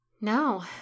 No